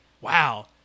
Wow